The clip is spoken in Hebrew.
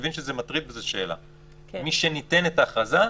משניתנת ההכרזה,